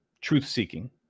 truth-seeking